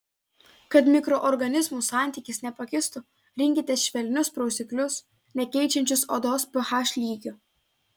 kad mikroorganizmų santykis nepakistų rinkitės švelnius prausiklius nekeičiančius odos ph lygio